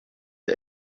der